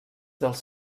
dels